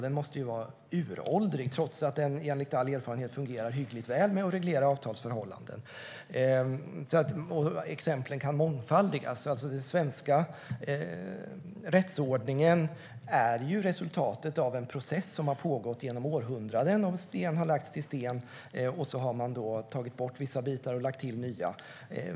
Den måste ju vara uråldrig, även om den enligt all erfarenhet fungerar hyggligt väl för att reglera avtalsförhållanden. Och exemplen kan mångfaldigas. Den svenska rättsordningen är resultatet av en process som har pågått genom århundranden. Sten har lagts till sten, och man har tagit bort vissa bitar och lagt till nya.